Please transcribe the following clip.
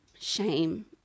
shame